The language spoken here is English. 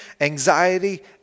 anxiety